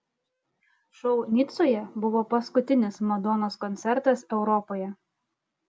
šou nicoje buvo paskutinis madonos koncertas europoje